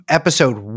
episode